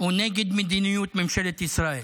או נגד מדיניות ממשלת ישראל,